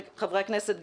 חברי הכנסת,